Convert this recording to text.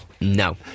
No